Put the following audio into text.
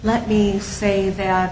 let me say that